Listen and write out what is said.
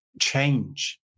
change